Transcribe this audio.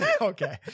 Okay